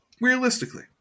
Realistically